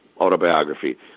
autobiography